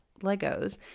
Legos